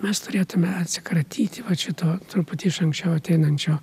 mes turėtume atsikratyti šito truputį iš anksčiau ateinančio